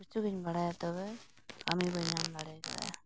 ᱡᱚᱛᱚ ᱜᱤᱧ ᱵᱟᱲᱟᱭᱟ ᱛᱚᱵᱮ ᱠᱟᱹᱢᱤ ᱵᱟᱹᱧ ᱧᱟᱢ ᱫᱟᱲᱮ ᱠᱟᱣᱫᱟ